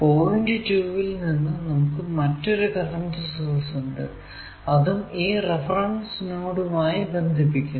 point 2 ൽ നിന്ന് നമുക്ക് മറ്റൊരു കറന്റ് സോഴ്സ് ഉണ്ട് അതും ഈ റഫറൻസ് നോഡ് ആയി ബന്ധിപ്പിക്കുന്നു